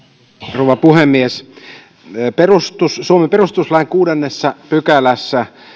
rouva puhemies suomen perustuslain kuudennessa pykälässä